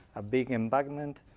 ah big embankment.